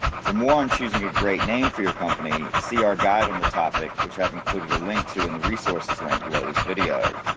for more on choosing a great name for your company, see our guide on the topic which i have included a link to in the resources link below this video.